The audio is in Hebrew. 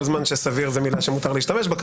כל זמן שסביר זאת מילה שמותר להשתמש בה,